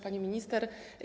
Pani Minister!